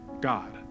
God